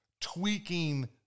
tweaking